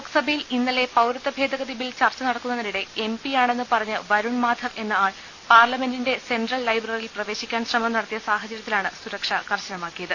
ലോക്സ ഭയിൽ ഇന്ന്ലെ പൌരത്വഭേദഗതിബിൽ ചർച്ച നടക്കുന്നതിനിടെ എംപി യാണെന്ന് പറഞ്ഞ് വരുൺമാധവ് എന്ന ആൾ പാർല മെന്റിന്റെ സെൻട്രൽ ലൈബ്രറിയിൽ പ്രവേശിക്കാൻ ശ്രമം നട ത്തിയ സാഹചര്യത്തിലാണ് സുരക്ഷ കർശനമാക്കിയത്